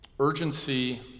urgency